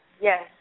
yes